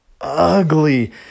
ugly